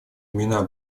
имена